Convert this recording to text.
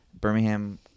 Birmingham